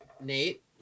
Nate